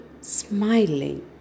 smiling